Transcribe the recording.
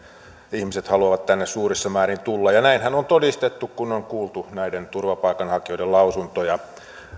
ihmiset haluavat tänne suurissa määrin tulla ja näinhän on todistettu kun on kuultu näiden turvapaikanhakijoiden lausuntoja